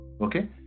okay